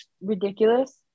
ridiculous